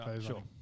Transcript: Sure